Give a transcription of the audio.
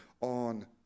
on